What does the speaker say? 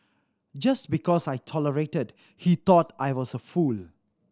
just because I tolerated he thought I was a fool